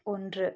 ஒன்று